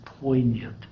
poignant